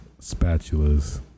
spatulas